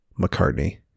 McCartney